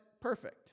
perfect